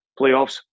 playoffs